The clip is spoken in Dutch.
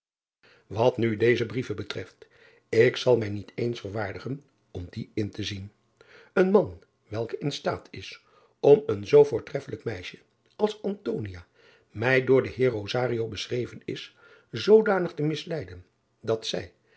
at nu deze brieven betreft ik zal mij niet eens verwaardigen om die in te zien en man welke in staat is om een zoo voortreffelijk meisje als mij door den eer beschreven is zoodanig te misleiden dat zij